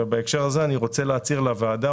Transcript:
בהקשר זה אני רוצה להצהיר לוועדה.